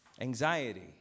Anxiety